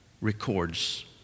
records